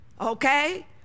okay